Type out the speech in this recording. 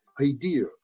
idea